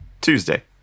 Tuesday